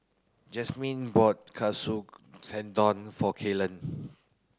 Jasmyn bought Katsu Tendon for Kellan